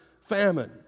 famine